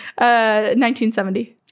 1970